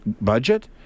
budget